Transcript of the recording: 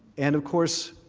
and of course